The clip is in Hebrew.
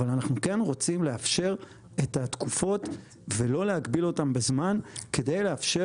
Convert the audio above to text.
אבל אנחנו כן רוצים לאפשר את התקופות ולא להגביל אותן בזמן כדי לאפשר